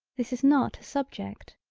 this is not a subject.